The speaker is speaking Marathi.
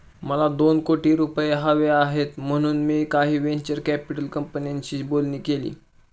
मला दोन कोटी रुपये हवे आहेत म्हणून मी काही व्हेंचर कॅपिटल कंपन्यांशी बोलणी केली